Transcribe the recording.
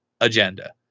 agenda